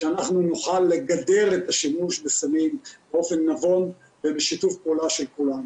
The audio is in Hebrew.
שאנחנו נוכל לגדר את השימוש בסמים באופן נבון ובשיתוף פעולה של כולם.